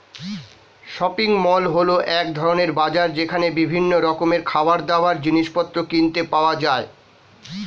shopping mall হল এক ধরণের বাজার যেখানে বিভিন্ন রকমের খাবারদাবার, জিনিসপত্র কিনতে পাওয়া যায়